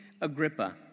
Agrippa